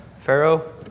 Pharaoh